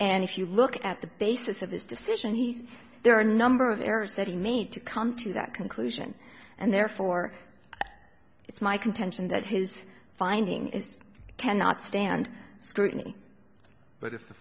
and if you look at the basis of this decision he says there are a number of errors that he made to come to that conclusion and therefore it's my contention that his finding it cannot stand scrutiny but if the